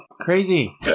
crazy